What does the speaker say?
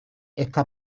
esta